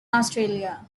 australia